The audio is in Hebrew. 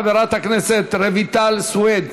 חברת הכנסת רויטל סויד.